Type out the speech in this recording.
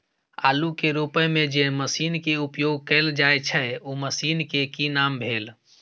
आलू के रोपय में जे मसीन के उपयोग कैल जाय छै उ मसीन के की नाम भेल?